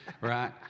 right